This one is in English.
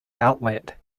outlet